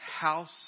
house